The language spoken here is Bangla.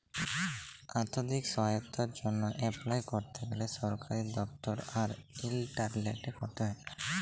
আথ্থিক সহায়তার জ্যনহে এপলাই ক্যরতে গ্যালে সরকারি দপ্তর আর ইলটারলেটে ক্যরতে হ্যয়